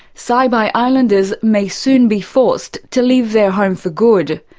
saibai islanders may soon be forced to leave their home for good.